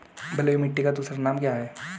बलुई मिट्टी का दूसरा नाम क्या है?